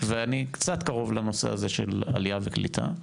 ואני קצת קרוב לנושא הזה של עלייה וקליטה.